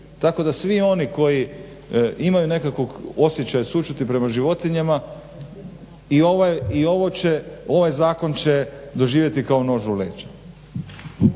Tako da svi oni koji imaju nekakvog osjećaja sućuti prema životinjama i ovaj zakon će doživjeti kao nož u leđa.